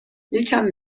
یکم